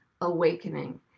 awakening